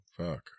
fuck